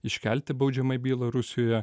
iškelti baudžiamąją bylą rusijoje